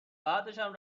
بعدشم